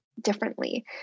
differently